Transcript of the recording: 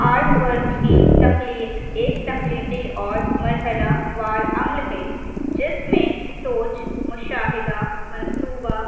art work کی تخلیق ایک تخلیقی اور مرحلہ وار عمل ہے جس میں سوچ مشاہدہ منصوبہ